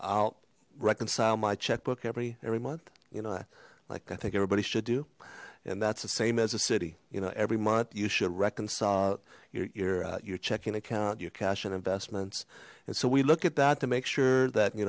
i'll reconcile my checkbook every every month you know i like i think everybody should do and that's the same as a city you know every month you should reconcile your your your checking account your cash and investments and so we look at that to make sure that you